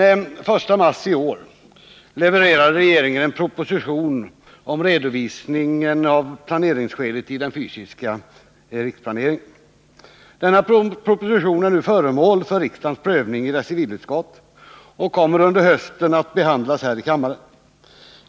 Den 1 mars i år levererade regeringen en proposition om redovisning av planeringsskedet i den fysiska riksplaneringen. Denna proposition är nu föremål för riksdagens prövning i dess civilutskott och kommer under hösten att behandlas här i kammaren.